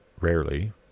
rarely